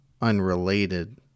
unrelated